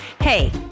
Hey